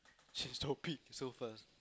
she stop it so fast